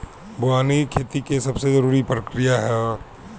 बोअनी खेती के सबसे जरूरी प्रक्रिया हअ